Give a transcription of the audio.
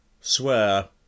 Swear